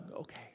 okay